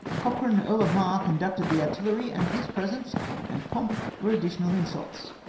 cochran, earl of mar, conducted the artillery, and his presence and pomp were additional insults.